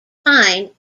pine